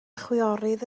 chwiorydd